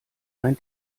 ein